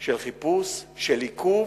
של חיפוש, של עיכוב,